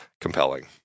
compelling